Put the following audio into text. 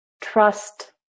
trust